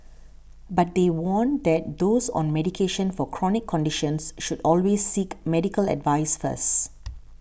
but they warn that those on medication for chronic conditions should always seek medical advice first